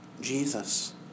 Jesus